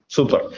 Super